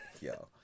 yo